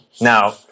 Now